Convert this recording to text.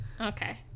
Okay